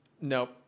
Nope